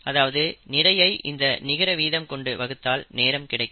அதாவது நிறையை இந்த நிகர வீதம் கொண்டு வகுத்தால் நேரம் கிடைக்கும்